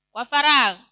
Wafarag